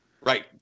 Right